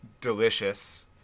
delicious